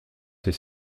ses